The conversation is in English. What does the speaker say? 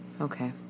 Okay